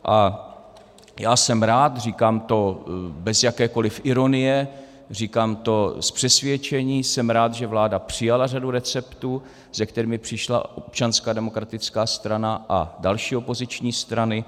A já jsem rád, říkám to bez jakékoliv ironie, říkám to z přesvědčení, jsem rád, že vláda přijala řadu receptů, se kterými přišla Občanská demokratická strana a další opoziční strany.